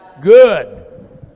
Good